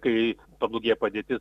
kai pablogėja padėtis